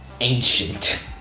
ancient